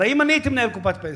הרי אם אני הייתי מנהל קופת פנסיה,